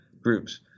groups